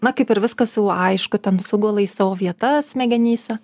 na kaip ir viskas jau aišku ten sugula į savo vietas smegenyse